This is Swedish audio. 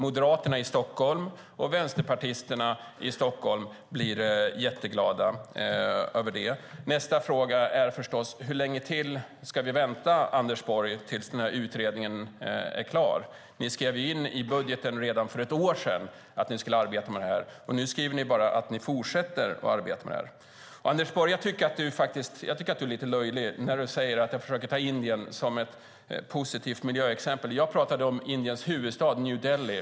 Moderaterna och vänsterpartisterna i Stockholm blir jätteglada över det. Nästa fråga är förstås: Hur länge till ska vi vänta, Anders Borg, på att den här utredningen ska bli klar? Ni skrev ju in i budgeten redan för ett år sedan att ni skulle arbeta med det här. Nu skriver ni bara att ni fortsätter att arbeta med det här. Anders Borg! Jag tycker att du är lite löjlig när du säger att jag försöker ta Indien som ett positivt miljöexempel. Jag pratade om Indiens huvudstad, New Delhi.